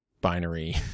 binary